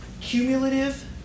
cumulative